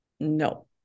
No